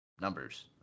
numbers